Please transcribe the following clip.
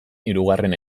hirugarren